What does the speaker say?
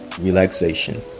relaxation